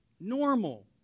normal